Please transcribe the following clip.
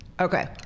Okay